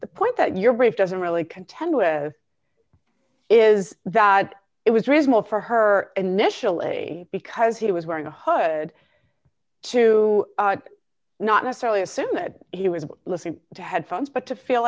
the point that your brief doesn't really contend with is that it was reasonable for her initial a because he was wearing a hood to not necessarily assume that he was listening to headphones but to feel